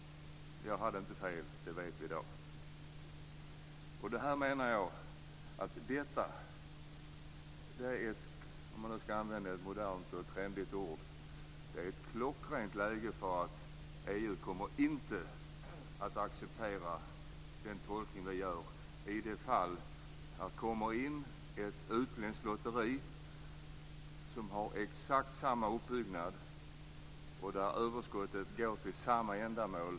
Jag hade inte fel, det vet vi i dag. Om man nu skall använda ett modernt ord så är detta ett klockrent läge för att EU inte kommer att acceptera den tolkning som ni gör i det fall att ett utländskt lotteri etablerar sig i Sverige som har exakt samma uppbyggnad som svenska lotterier och där överskottet går till samma ändamål.